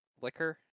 liquor